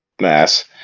Mass